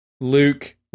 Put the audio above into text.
Luke